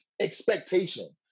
expectation